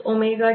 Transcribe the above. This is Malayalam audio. ErtE0sin k